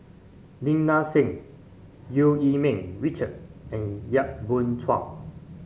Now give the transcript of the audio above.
Lim Nang Seng Eu Yee Ming Richard and Yap Boon Chuan